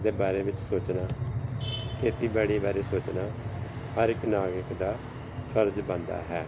ਦੇ ਬਾਰੇ ਵਿੱਚ ਸੋਚਣਾ ਖੇਤੀਬਾੜੀ ਬਾਰੇ ਸੋਚਣਾ ਹਰ ਇੱਕ ਨਾਗਰਿਕ ਦਾ ਫਰਜ਼ ਬਣਦਾ ਹੈ